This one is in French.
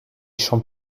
champs